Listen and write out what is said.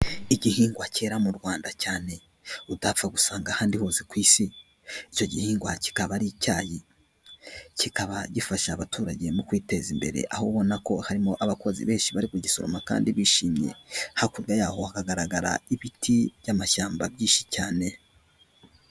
Igihingwa cyera mu Rwanda cyane utapfa gusanga ahandi hose ku isi, icyo gihingwa kikaba ari icyayi. Kikaba gifasha abaturage mu kwiteza imbere, aho ubona ko harimo abakozi benshi bari kugisoroma kandi bishimye. Hakurya yaho haragaragara ibiti by'amashyamba byinshi cyane.